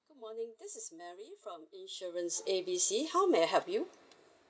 good morning this is mary from insurance A B C how may I help you